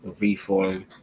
reform